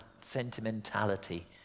sentimentality